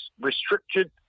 restricted